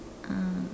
ah